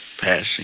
passing